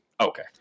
Okay